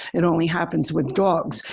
it only happens with dogs.